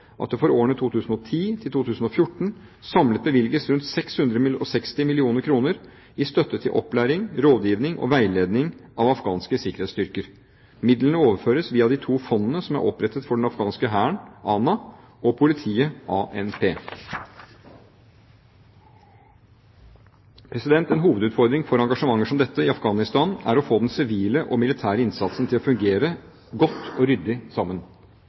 at det for årene 2010–2014 samlet bevilges rundt 660 mill. kr i støtte til opplæring, rådgivning og veiledning av afghanske sikkerhetsstyrker. Midlene overføres via de to fondene som er opprettet for den afghanske hæren, ANA, og politiet, ANP. En hovedutfordring for engasjementer som dette i Afghanistan er å få den sivile og den militære innsatsen til å fungere godt og ryddig sammen.